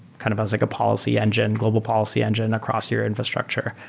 kind of as like a policy engine, global policy engine across your infrastructure.